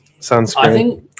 Sunscreen